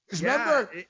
Remember